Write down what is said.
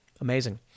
Amazing